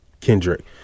Kendrick